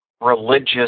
religious